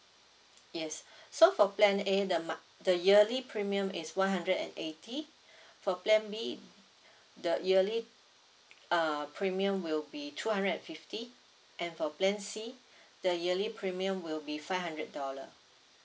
yes so for plan A the mon~ the yearly premium is one hundred and eighty for plan B the yearly err premium will be two hundred and fifty and for plan C the yearly premium will be five hundred dollar